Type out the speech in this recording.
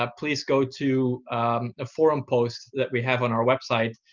ah please go to the forum post that we have on our website.